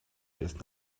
ist